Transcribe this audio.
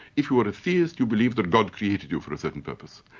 if you were a theist, you believed that god created you for a certain purpose,